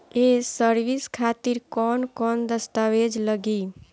ये सर्विस खातिर कौन कौन दस्तावेज लगी?